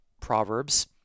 Proverbs